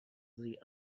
the